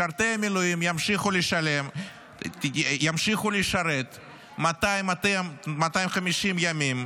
משרתי המילואים ימשיכו לשרת 250 ימים,